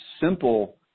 simple